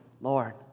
Lord